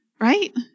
Right